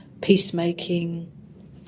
peacemaking